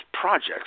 projects